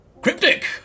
Cryptic